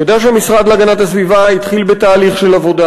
אני יודע שהמשרד להגנת הסביבה התחיל בתהליך של עבודה,